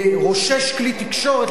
לרושש כלי תקשורת,